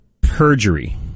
perjury